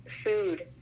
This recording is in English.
food